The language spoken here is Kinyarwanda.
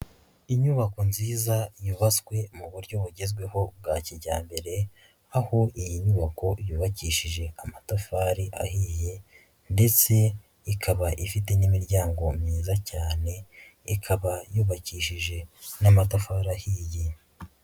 Inyubako nziza yubatswe mu buryo bugezweho bwa kijyambere, aho iyi nyubako yubakishije amatafari ahiye ndetse ikaba ifite n'imiryango myiza cyane, ikaba yubakishije n'amatafari ahiye.